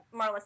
Marla